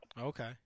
Okay